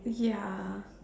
ya